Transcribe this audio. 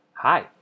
Hi